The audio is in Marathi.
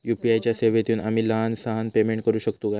यू.पी.आय च्या सेवेतून आम्ही लहान सहान पेमेंट करू शकतू काय?